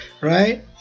Right